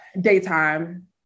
Daytime